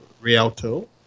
Rialto